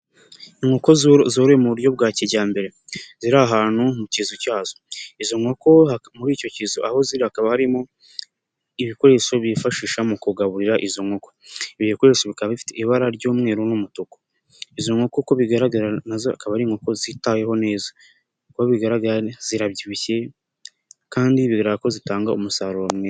Inkoko zorowe mu buryo bwa kijyambere ziri ahantu mu kizu cyazo, izo nkoko muri icyo kizu aho ziri hakaba harimo ibikoresho bifashisha mu kugaburira izo nkoko, ibi bikoresho bikaba bifite ibara ry'umweru n'umutuku, izo nkoko uko bigaragara nazo akaba ari inkoko zitaweho neza, uko bigaragara zirabyibushye kandi biragaragara ko zitanga umusaruro.